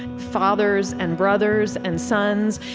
fathers and brothers and sons.